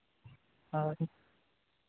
ᱦᱳᱭ